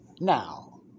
Now